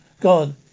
God